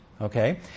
okay